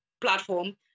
platform